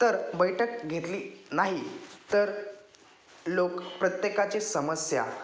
तर बैठक घेतली नाही तर लोक प्रत्येकाची समस्या